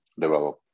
develop